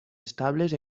estables